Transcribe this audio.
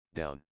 down